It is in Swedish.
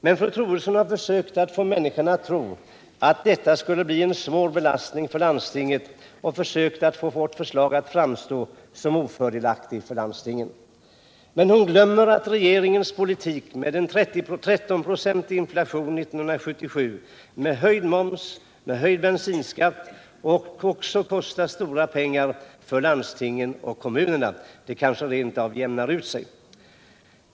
Men statsrådet Troedsson har försökt att få människorna att tro att detta skulle bli en svår belastning för landstingen och försökt att få vårt förslag att framstå som ofördelaktigt för landstingen. Men hon glömmer att regeringens politik med en 13-procentig inflation år 1977 med höjd moms och höjd bensinskatt också kostar stora pengar för landstingen och kommunerna. Det kanske rent av jämnar ut sig.